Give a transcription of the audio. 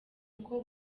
uko